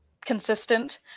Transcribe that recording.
consistent